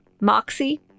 moxie